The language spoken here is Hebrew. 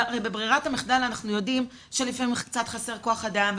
הרי בברירת המחדל אנחנו יודעים שלפעמים חסר קצת כוח אדם,